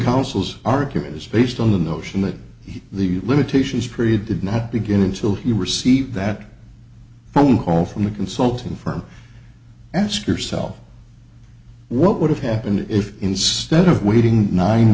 counsel's argument is based on the notion that the limitations period did not begin until he received that phone call from the consulting firm ask yourself what would have happened if instead of waiting nine